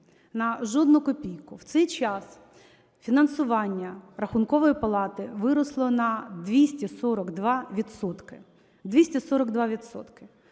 на жодну копійку. В цей час фінансування Рахункової палати виросло на 242